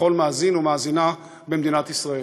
לכל מאזין ומאזינה במדינת ישראל.